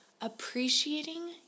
appreciating